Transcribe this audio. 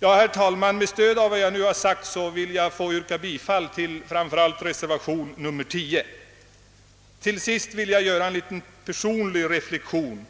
Herr talman! Med vad jag här anfört vill jag yrka bifall till framför allt reservationen 10. Slutligen vill jag göra en liten personlig reflexion.